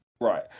right